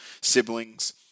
siblings